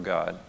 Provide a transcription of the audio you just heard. God